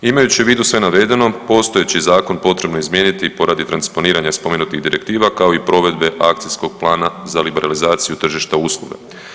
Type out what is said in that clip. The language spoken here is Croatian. Imajući u vidu sve navedeno postojeći zakon potrebno je izmijeniti poradi transponiranja spomenutih direktiva kao i provedbe Akcijskog plana za liberalizaciju tržišta usluga.